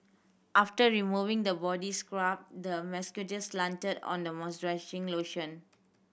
after removing the body scrub the masseur slathered on the moisturizing lotion